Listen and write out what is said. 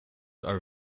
are